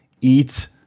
eat